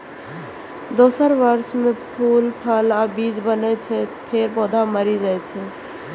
दोसर वर्ष मे फूल, फल आ बीज बनै छै, फेर पौधा मरि जाइ छै